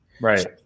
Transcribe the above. Right